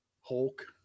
Hulk